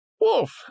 Wolf